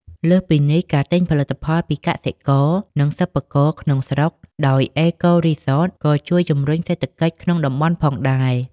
លើសពីនេះ ការទិញផលិតផលពីកសិករ និងសិប្បករក្នុងស្រុកដោយ អេកូរីសត ក៏ជួយជំរុញសេដ្ឋកិច្ចក្នុងតំបន់ផងដែរ។